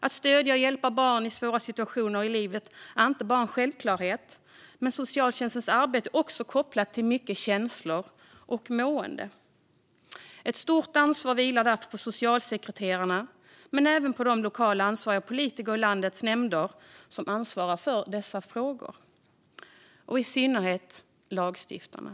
Att stödja och hjälpa barn i svåra situationer i livet är inte bara en självklarhet, utan socialtjänstens arbete är också kopplat till känslor och mående. Ett stort ansvar vilar därför på socialsekreterarna men även på de lokala politiker i landets nämnder som ansvarar för dessa frågor och i synnerhet på lagstiftarna.